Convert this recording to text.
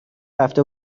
رفته